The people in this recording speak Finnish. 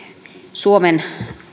suomen